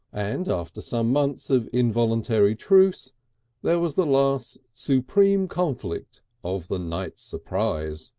and after some months of involuntary truce there was the last supreme conflict of the night surprise.